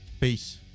Peace